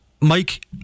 Mike